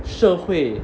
社会